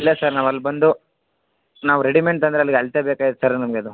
ಇಲ್ಲ ಸರ್ ನಾವು ಅಲ್ಲಿಬಂದು ನಾವು ರೆಡಿಮೆಂಟ್ ಅಂದರೆ ಅಲ್ಲಿಗೆ ಅಳತೆ ಬೇಕಾಗುತ್ತೆ ಸರ್ ನಮಗೆ ಅದು